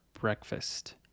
breakfast